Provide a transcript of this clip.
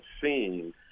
seen